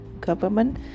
government